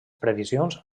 previsions